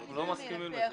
אנחנו לא מסכימים לזה.